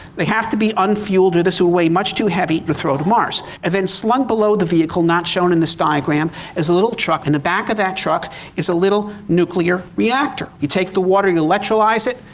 they have to be unfueled or this will weigh much to heavy to throw to mars. and then slung below the vehicle not shown in this diagram is a little truck in the back of that truck is a little nuclear reactor. you take the water you electrolize it,